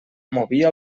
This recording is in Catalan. movia